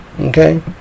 Okay